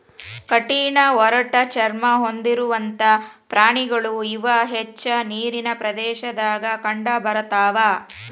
ಕಠಿಣ ಒರಟ ಚರ್ಮಾ ಹೊಂದಿರುವಂತಾ ಪ್ರಾಣಿಗಳು ಇವ ಹೆಚ್ಚ ನೇರಿನ ಪ್ರದೇಶದಾಗ ಕಂಡಬರತಾವ